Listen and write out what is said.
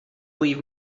leave